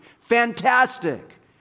Fantastic